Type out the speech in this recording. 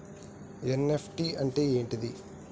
NEFT అంటే ఏంటిది?